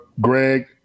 Greg